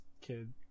kid